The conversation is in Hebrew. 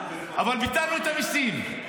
אבל ביטלנו את המיסים,